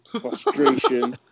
frustration